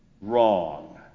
Wrong